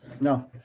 no